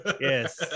yes